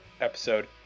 episode